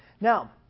Now